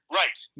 right